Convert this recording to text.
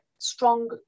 strong